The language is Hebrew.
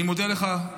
אני מודה לך,